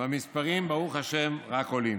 והמספרים, ברוך השם, רק עולים.